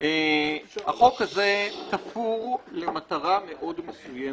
החוק הזה תפור למטרה מאוד מסוימת.